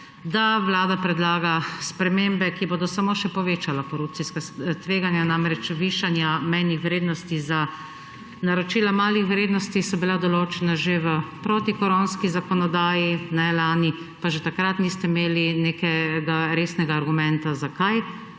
da Vlada predlaga spremembe, ki bodo samo še povečala korupcijska tveganja. Višanja mejnih vrednosti za naročila malih vrednosti so bila določena že lani v protikoronski zakonodaji, pa že takrat niste imeli nekega resnega argumenta, zakaj.